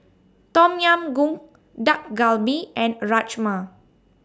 Tom Yam Goong Dak Galbi and Rajma